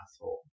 asshole